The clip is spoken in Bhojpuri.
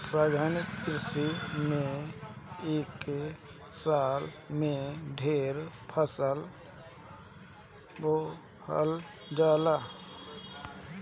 सघन कृषि में एके साल में ढेरे फसल बोवल जाला